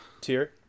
tier